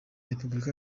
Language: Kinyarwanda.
repuburika